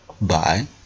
bye